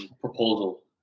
proposal